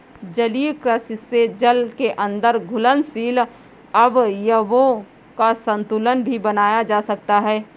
जलीय कृषि से जल के अंदर घुलनशील अवयवों का संतुलन भी बनाया जा सकता है